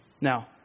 Now